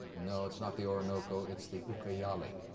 no, it's not the orinoco, it's the ucayali,